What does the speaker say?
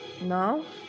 Now